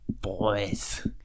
boys